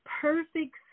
perfect